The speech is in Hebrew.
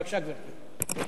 בבקשה, גברתי.